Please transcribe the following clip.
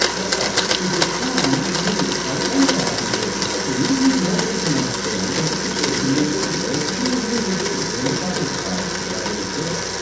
okay, the decline continued. by ten thousand years ago, for reasons nobody can understand, they disappeared from new guinea. they were clearly in new guinea, they were in the fossil deposits of that age there.